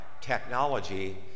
technology